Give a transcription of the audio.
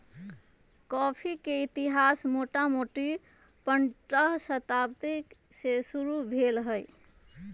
coffee के इतिहास मोटामोटी पंडह शताब्दी से शुरू भेल हइ